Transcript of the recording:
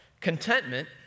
contentment